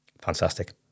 fantastic